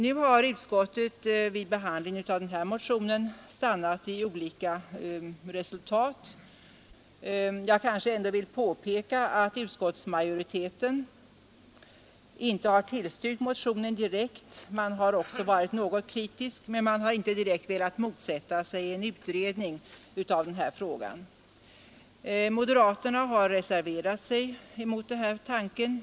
Nu har utskottet vid behandlingen av denna motion stannat vid olika resultat. Jag kanske ändå vill påpeka att utskottsmajoriteten inte har tillstyrkt motionen direkt. Man har varit något kritisk men har inte direkt velat motsätta sig en utredning av valsystemet. Moderaterna har reserverat sig häremot.